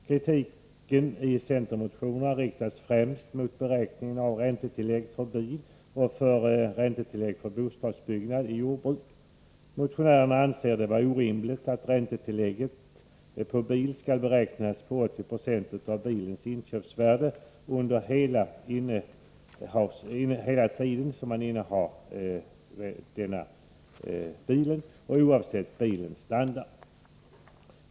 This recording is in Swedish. Kritiken i centermotionerna riktas främst mot beräkningen av räntetilllägget för bil och räntetillägget för bostadsbyggnad i jordbruket. Motionärerna anser att det är orimligt att räntetillägget för bil skall beräknas på 80 96 av bilens inköpsvärde under hela innehavstiden oavsett bilens standard.